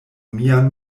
mian